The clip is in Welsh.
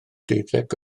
deuddeg